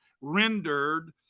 rendered